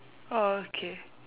okay